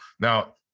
Now